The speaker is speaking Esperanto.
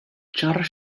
ĉar